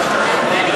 הוא מבין.